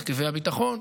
מרכיבי הביטחון,